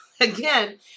Again